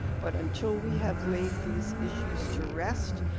but until we have laid these issues to rest